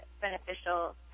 beneficial